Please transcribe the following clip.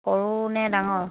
সৰু নে ডাঙৰ